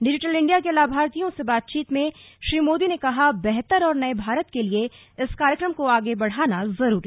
digital India के लाभार्थियों से बातचीत में श्री मोदी ने कहा बेहतर और नये भारत के लिए इस कार्यक्रम को आगे बढ़ाना ज़रूरी